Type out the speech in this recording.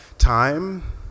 Time